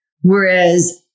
whereas